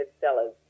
sellers